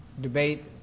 debate